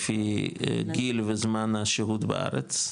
לפי גיל וזמן השהות בארץ,